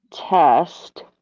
test